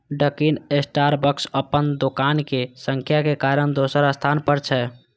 Dunkin Starbucks अपन दोकानक संख्या के कारण दोसर स्थान पर छै